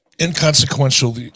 Inconsequential